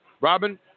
Robin